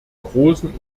großen